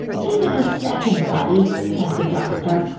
give it a second, buddy, said the doctor.